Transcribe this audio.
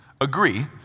agree